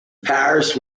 parish